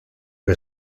que